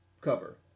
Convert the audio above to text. cover